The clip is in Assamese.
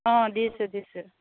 অঁ দিছোঁ দিছোঁ